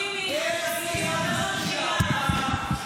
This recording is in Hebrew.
איזו פשיעה?